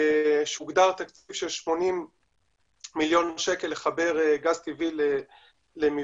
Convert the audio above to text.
שהוגדר תקציב של 80 מיליון שקל לחבר גז טבעי למבנים,